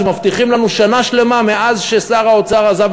שמבטיחים לנו שנה שלמה מאז ששר האוצר עזב